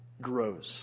grows